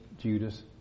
Judas